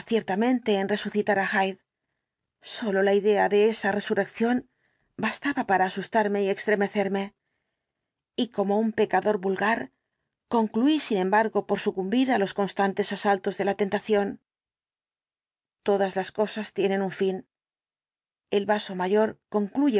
ciertamente en resucitar á hyde sólo la idea de esa resurrección bastaba para asusexplicación completa del tarme y extremecerme y como un pecador vulgar concluí sin embargo por sucumbir á los constantes asaltos de la tentación todas las cosas tienen fin el vaso mayor concluye